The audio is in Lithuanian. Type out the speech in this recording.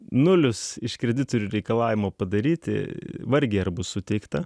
nulis iš kreditorių reikalavimo padaryti vargiai ar bus suteikta